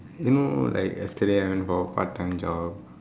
you know like yesterday I went for part time job